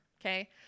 okay